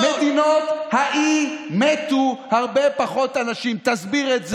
בכל מדינות האי מתו הרבה פחות אנשים, תסביר את זה.